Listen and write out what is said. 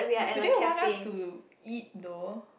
do they want us to eat though